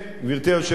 גברתי היושבת-ראש,